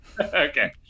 Okay